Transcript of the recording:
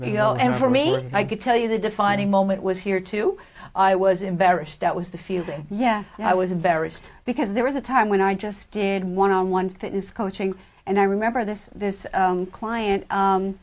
know and for me i could tell you the defining moment was here too i was embarrassed that was the feeling yeah i was embarrassed because there was a time when i just did one on one fitness coaching and i remember this this client